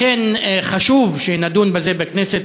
לכן חשוב שנדון בזה בכנסת,